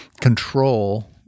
control